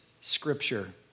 Scripture